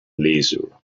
leisure